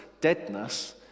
deadness